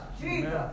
Jesus